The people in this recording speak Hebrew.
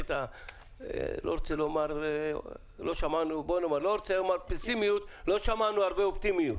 לא שמענו פה הרבה אופטימיות.